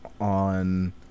on